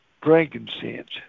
frankincense